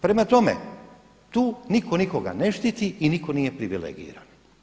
Prema tome, tu niko nikoga ne štiti i niko nije privilegiran.